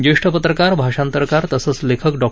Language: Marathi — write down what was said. ज्येष्ठ पत्रकार भाषांतरकार तसंच लेखक डॉ